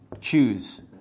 choose